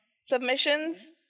submissions